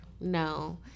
no